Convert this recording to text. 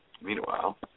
Meanwhile